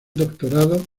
doctorado